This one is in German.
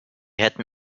hätten